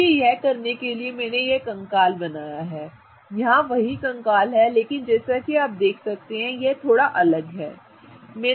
इसलिए यह करने के लिए कि मैंने कंकाल बनाया है यहां वही कंकाल है लेकिन जैसा कि आप देख सकते हैं कि यह कंकाल थोड़ा अलग है